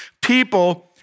people